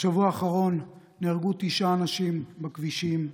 בשבוע האחרון נהרגו תשעה אנשים בכבישים.